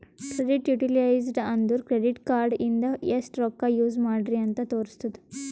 credit utilized ಅಂದುರ್ credit card ಇಂದ ಎಸ್ಟ್ ರೊಕ್ಕಾ ಯೂಸ್ ಮಾಡ್ರಿ ಅಂತ್ ತೋರುಸ್ತುದ್